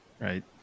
right